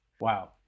wow